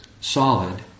solid